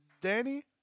Danny